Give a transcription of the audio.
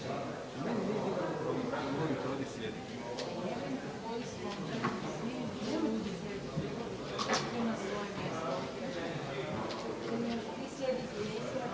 Hvala g.